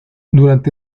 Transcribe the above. durante